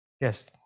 yes